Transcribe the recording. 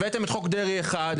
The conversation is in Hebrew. הבאתם את חוק דרעי 1,